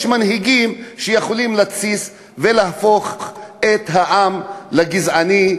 יש מנהיגים שיכולים להתסיס ולהפוך את העם לגזעני,